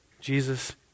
Jesus